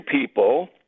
people